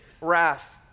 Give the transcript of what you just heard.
wrath